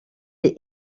est